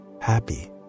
Happy